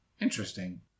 Interesting